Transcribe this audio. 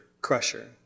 crusher